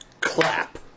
clap